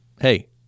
hey